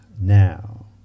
now